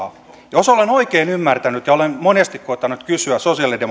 jos olen oikein ymmärtänyt olen monesti koettanut kysyä